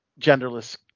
genderless